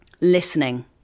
listening